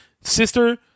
sister